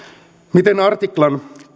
miten kolmannenkymmenennenkahdeksannen artiklan